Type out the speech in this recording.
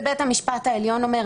זה בית המשפט העליון אומר,